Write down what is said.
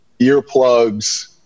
earplugs